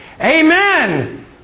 Amen